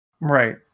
right